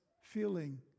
feeling